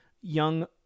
young